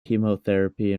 chemotherapy